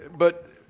but,